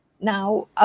Now